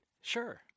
Sure